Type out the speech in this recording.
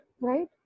Right